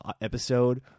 episode